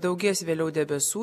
daugės vėliau debesų